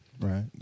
right